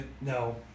No